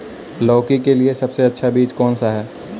लौकी के लिए सबसे अच्छा बीज कौन सा है?